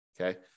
Okay